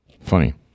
Funny